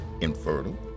infertile